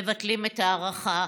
מבטלים את ההארכה,